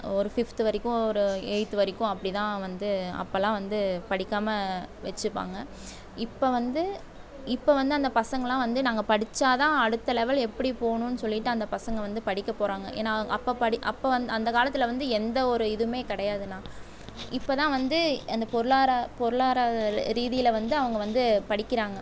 ஒரு ஃபிஃப்த் வரைக்கும் ஒரு எய்த் வரைக்கும் அப்படிதான் வந்து அப்போலாம் வந்து படிக்காமல் வச்சுப்பாங்க இப்போ வந்து இப்போ வந்து அந்த பசங்கள்லாம் வந்து நாங்கள் படித்தா தான் அடுத்த லெவல் எப்படி போகணும்னு சொல்லிவிட்டு அந்த பசங்கள் வந்து படிக்க போகிறாங்க ஏன்னா அப்போ அப்போ வந்து அந்த காலத்தில் வந்து எந்த ஒரு இதுவுமே கிடையாதுண்ணா இப்போதான் வந்து அந்த பொருளாதார பொருளாதார ரீதியில் வந்து அவங்க வந்து படிக்கிறாங்க